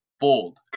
bold